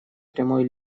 прямой